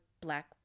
black